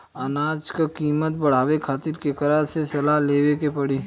अनाज क कीमत बढ़ावे खातिर केकरा से सलाह लेवे के पड़ी?